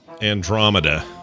andromeda